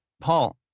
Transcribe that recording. Paul